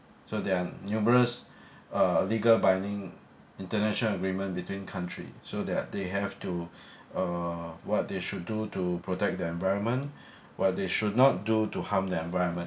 so there are numerous uh legal binding international agreement between country so that they have to uh what they should do to protect the environment what they should not do to harm the environment